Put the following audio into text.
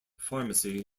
pharmacy